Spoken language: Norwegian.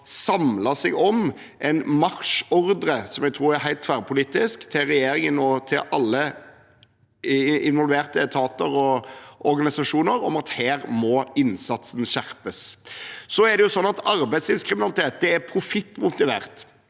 samlet seg om en marsjordre – som jeg tror er helt tverrpolitisk – til regjeringen og til alle involverte etater og organisasjoner om at innsatsen må skjerpes. Arbeidslivskriminalitet er profittmotivert.